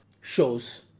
shows